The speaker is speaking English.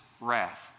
wrath